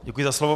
Děkuji za slovo.